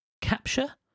capture